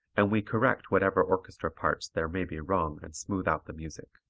and we correct whatever orchestra parts there may be wrong and smooth out the music.